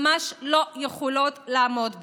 ממש לא יכולות לעמוד בו.